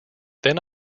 then